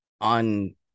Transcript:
on